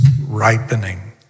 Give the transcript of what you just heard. ripening